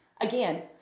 Again